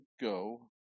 go